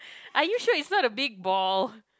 are you sure it's not a big ball